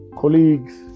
colleagues